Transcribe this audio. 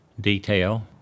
detail